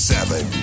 Seven